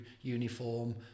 uniform